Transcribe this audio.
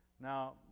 Now